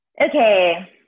Okay